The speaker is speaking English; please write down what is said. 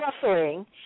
suffering